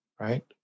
right